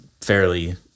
fairly